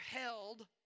held